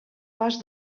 pas